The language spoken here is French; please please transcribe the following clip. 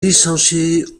licencié